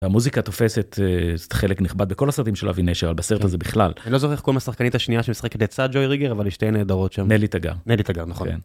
המוזיקה תופסת, זאת חלק נכבד בכל הסרטים של אבי נשר, אבל בסרט הזה בכלל. אני לא זוכר איך קוראים לשחקנית השנייה שמשחקת לצד ג'וי ריגר, אבל שתיהן נהדרות שם. נלי תגר. נלי תגר, נכון.